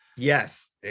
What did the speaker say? yes